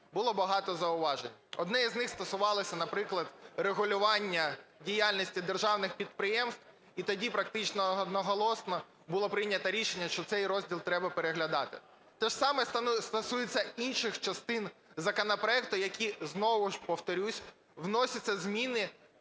було багато зауважень. Одне із них стосувалося, наприклад, регулювання діяльності державних підприємств, і тоді практично одноголосно було прийнято рішення, що цей розділ треба переглядати. Те ж саме стосується інших частин законопроекту, які, знову ж повторюсь, вносяться зміни